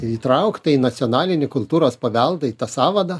įtraukta į nacionalinį kultūros paveldą į tą sąvadą